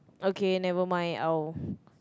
okay never mind I will